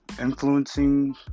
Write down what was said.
influencing